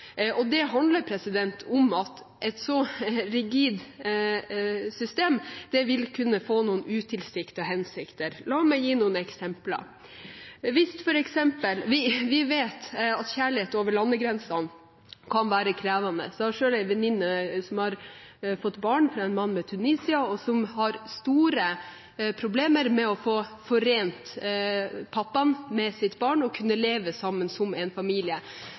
år. Det handler om at et så rigid system vil kunne få noen utilsiktede konsekvenser. La meg gi noen eksempler. Vi vet at kjærlighet over landegrensene kan være krevende. Jeg har selv en venninne som har fått barn med en mann fra Tunisia, og som har store problemer med å få forent pappaen med sitt barn og å kunne leve sammen som familie,